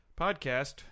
...podcast